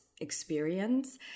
experience